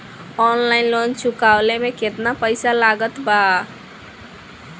Online loan चुकवले मे केतना पईसा लागत बा?